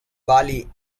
bali